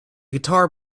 guitar